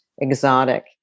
exotic